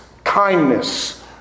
kindness